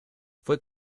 fue